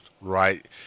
right